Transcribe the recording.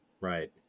Right